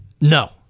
No